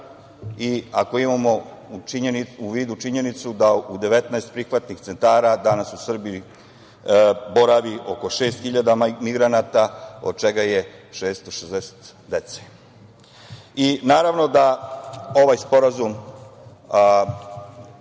i ako imao u vidu činjenicu da u 19 prihvatnih centara danas u Srbiji boravi oko šest hiljada migranta, od čega je 660 dece. Naravno, da ovaj sporazum